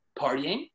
partying